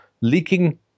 leaking